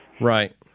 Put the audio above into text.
Right